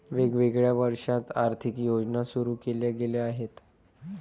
वेगवेगळ्या वर्षांत आर्थिक योजना सुरू केल्या गेल्या आहेत